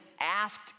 asked